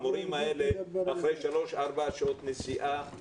המורים האלה אחרי שלוש ארבע שעות נסיעה,